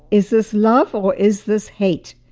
is this love or is this hate?